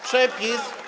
Przepis.